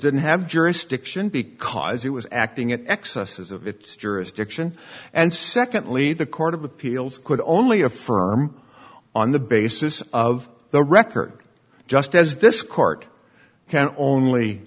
didn't have jurisdiction because it was acting at excesses of its jurisdiction and secondly the court of appeals could only affirm on the basis of the record just as this court can only